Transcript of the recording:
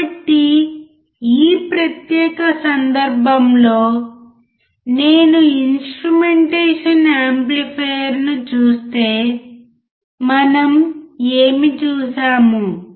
కాబట్టి ఈ ప్రత్యేక సందర్భంలో నేను ఇన్స్ట్రుమెంటేషన్ యాంప్లిఫైయర్ను చూస్తే మనం ఏమి చూశాము